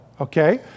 okay